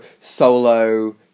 solo